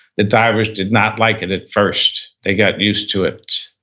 the divers did not like it at first. they got used to it.